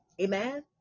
amen